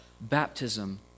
baptism